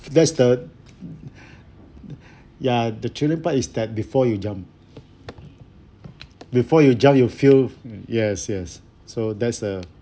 that's the yeah the thriller part is that before you jump before you jump your feel mm yes yes so that's a